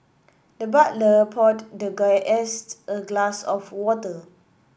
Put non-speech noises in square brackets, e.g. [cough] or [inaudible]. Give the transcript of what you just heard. the butler poured the [unintelligible] a glass of water